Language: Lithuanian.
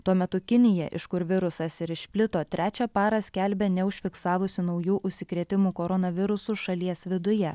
tuo metu kinija iš kur virusas ir išplito trečią parą skelbia neužfiksavusi naujų užsikrėtimų koronavirusu šalies viduje